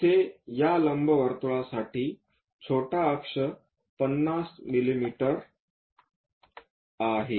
येथे या लंबवर्तुळासाठी छोटी अक्ष 50 मिमी आहे